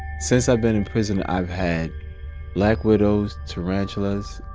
since i've been in prison, i've had black widows, tarantulas,